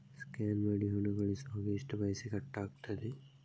Scan ಮಾಡಿ ಹಣ ಕಳಿಸುವಾಗ ಎಷ್ಟು ಪೈಸೆ ಕಟ್ಟಾಗ್ತದೆ?